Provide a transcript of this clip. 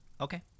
Okay